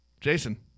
Jason